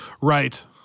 Right